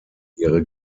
ihre